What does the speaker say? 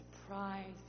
surprise